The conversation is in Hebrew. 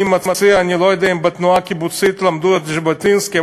אני לא יודע אם בתנועה הקיבוצית למדו את ז'בוטינסקי,